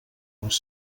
les